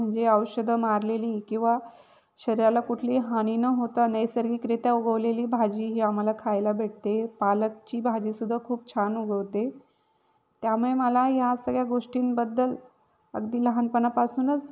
म्हणजे औषधं मारलेली किंवा शरीराला कुठली हानी न होता नैसर्गिकरित्या उगवलेली भाजी ही आम्हाला खायला भेटते पालकची भाजी सुद्धा खूप छान उगवते त्यामुळे मला ह्या सगळ्या गोष्टींबद्दल अगदी लहानपणापासूनच